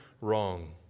wrong